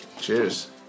Cheers